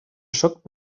sóc